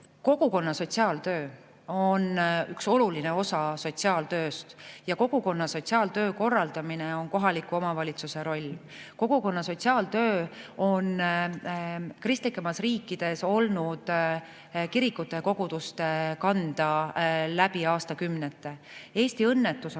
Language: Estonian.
Kogukonna sotsiaaltöö on üks oluline osa sotsiaaltööst ja kogukonna sotsiaaltöö korraldamine on kohaliku omavalitsuse roll. Kogukonna sotsiaaltöö on kristlikes riikides olnud kirikute ja koguduste kanda läbi aastakümnete. Eesti õnnetus on